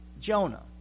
Jonah